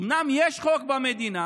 אומנם יש חוק במדינה,